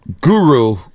Guru